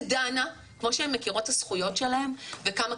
תדענה כמו שהן מכירות את הזכויות שלהן וכמו כמה